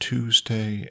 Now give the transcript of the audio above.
Tuesday